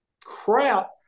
crap